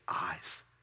eyes